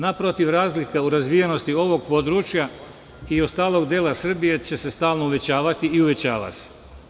Naprotiv razlika u razvijenosti ovog područja i ostalog dela Srbije će se stalno uvećavati, i uvećava se.